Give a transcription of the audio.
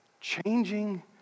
changing